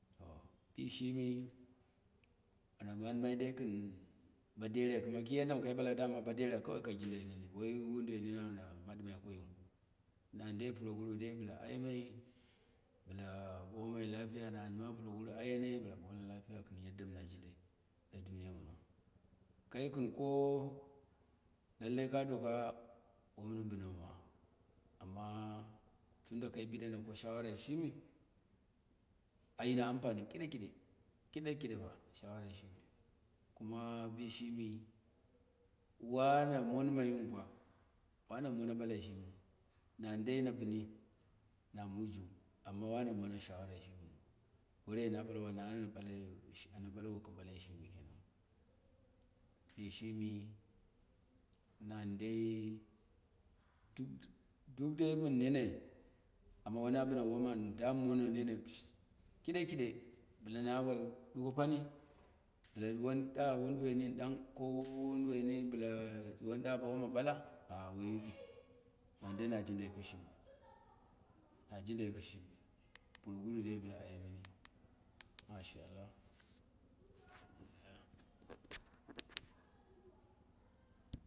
To bishimi, ana man mai dai kɨn bodera kɨma ki yaddan kai ɓala dama boderai kawai kai ka jin dai dama woi woduwai nin ana maɗɨmai koyiu, nan dei puroguru dei bɨla aye mai, bɨla ɓamai lapiya, na nima puroguru ayeme, bɨla ɓomai lapiya kɨna yaddan na jindai la duniya moni, kai kɨn kowo, lallai ka doka womɨn bɨmau ma, amma tunda kai biɨana ko shawarai shimi, ayino ampani kiɗe kiɗe, kiɗe kide pa, shawara al agi kuma bishimi wana mon mayu pa, wana mone ɓalai shimiu na dai na bɨni na mujung ama wana mone shawarai shimiu, gorei na ɓalwo na ana ɓalai ana ana ɓalwo ɓalai shimi, bishimi nan dei duk duk dai mɨn nene dumu wona woma an dam mono nene kiɗe kide bɨla na woi ɗukoponi, bɨla ɗuwon ɗa woduwoi nin ɗang, ko woduwoi nin bɨla ɗuwon ɗa bo wona bala? A woi yiki, na dai na jinda kɨshimi, puroguru dai bɨla aye mimi, mashaa allah, mashaa allah.